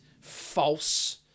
false